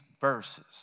verses